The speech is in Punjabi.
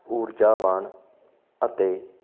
ਊਰਜਾਵਾਨ ਅਤੇ